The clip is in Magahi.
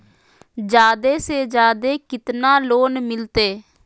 जादे से जादे कितना लोन मिलते?